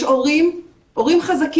יש הורים חזקים,